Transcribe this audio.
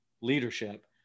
leadership